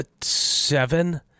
seven